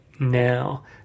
Now